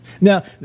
Now